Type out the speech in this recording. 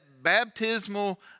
baptismal